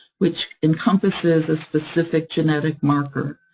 which encompasses a specific genetic marker.